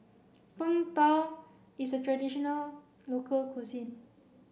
Png Tao is a traditional local cuisine